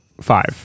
five